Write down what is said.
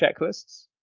checklists